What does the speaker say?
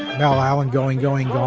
no, alan going, going,